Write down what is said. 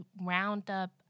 roundup